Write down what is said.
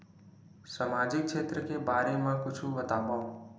सामजिक क्षेत्र के बारे मा कुछु बतावव?